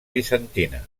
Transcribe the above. bizantina